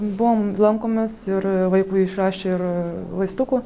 buvom lankomės ir vaikui išrašė ir vaistukų